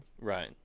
Right